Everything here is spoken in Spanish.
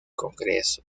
congreso